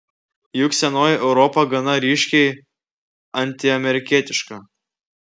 juk senoji europa gana ryškiai antiamerikietiška